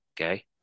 Okay